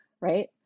right